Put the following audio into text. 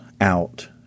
out